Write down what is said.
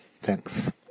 Thanks